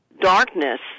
darkness